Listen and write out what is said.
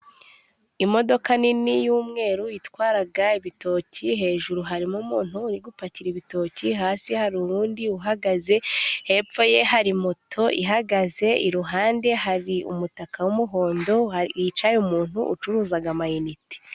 Imodoka nini y'umweru itwara ibitoki, hejuru harimo umuntu uri gupakira ibitoki, hasi hari undi uhagaze, hepfo ye hari moto ihagaze, iruhande hari umutaka w'umuhondo, ahantu hicaye umuntu ucuruza amayinite.